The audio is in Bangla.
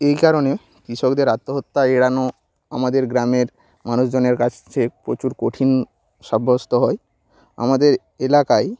এই কারণে কৃষকদের আত্মহত্যা এড়ানো আমাদের গ্রামের মানুষজনের কাছে প্রচুর কঠিন সাব্যস্ত হয় আমাদের এলাকায়